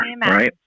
right